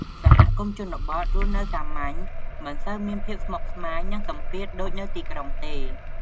សហគមន៍ជនបទរស់នៅសាមញ្ញ មិនសូវមានភាពស្មុគស្មាញ និងសម្ពាធដូចនៅទីក្រុងទេ។